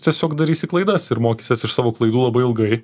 tiesiog darysi klaidas ir mokysies iš savo klaidų labai ilgai